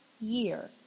year